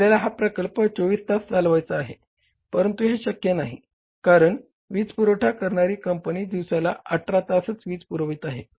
आपल्याला हा प्रकल्प 24 तास चालवायचा आहे परंतु हे शक्य नाही कारण वीजपुरवठा करणारी कंपनी दिवसाला 18 तासच वीज पुरवित आहे